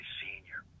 senior